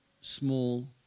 small